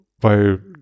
weil